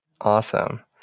Awesome